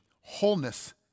wholeness